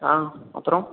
ஆ அப்புறம்